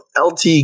LT